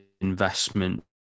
investment